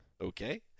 Okay